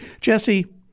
Jesse